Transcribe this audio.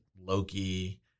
Loki